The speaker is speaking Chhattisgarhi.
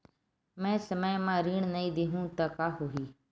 मैं समय म ऋण नहीं देहु त का होही